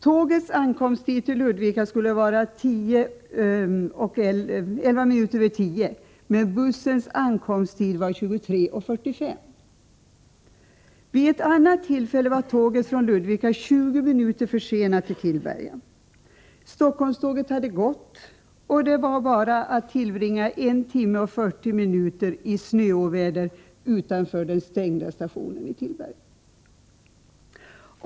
Tågets ankomsttid till Ludvika skulle vara 22.11, men bussens ankomsttid var 23.45.